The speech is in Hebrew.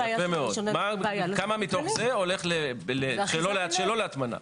כמה מתוך זה הולך שלא להטמנה?